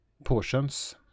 portions